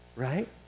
Right